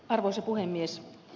arvoisa puhemies